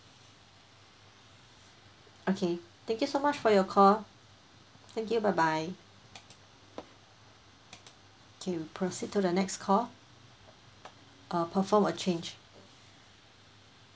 okay thank you so much for your call thank you bye bye okay we proceed to the next call uh perform a change